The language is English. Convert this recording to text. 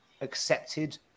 accepted